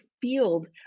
field